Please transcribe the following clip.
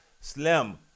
Slim